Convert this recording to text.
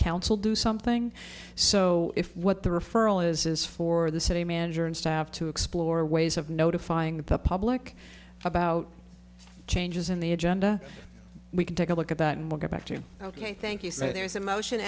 council do something so if what the referral is is for the city manager and staff to explore ways of notifying the public about changes in the agenda we can take a look about and we'll get back to you ok thank you say there is a motion